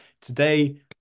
today